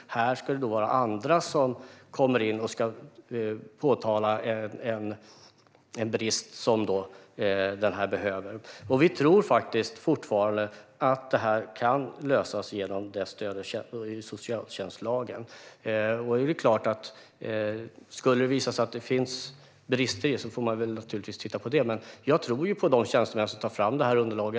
Här skulle det vara andra som kommer in och ska påtala en brist som någon behöver ha åtgärdad. Vi tror faktiskt fortfarande att detta kan lösas med stöd av socialtjänstlagen. Skulle det visa sig finnas brister i det får man naturligtvis titta på det, men jag tror ju på de tjänstemän som tar fram det här underlaget.